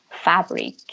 fabric